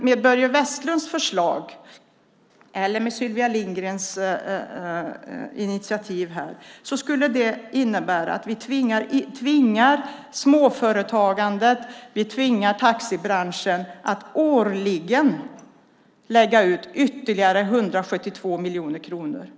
Med Börje Vestlunds förslag, eller med Sylvia Lindgrens initiativ, skulle det innebära att vi tvingar småföretag och taxibranschen att årligen lägga ut ytterligare 172 miljoner kronor.